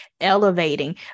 elevating